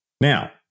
now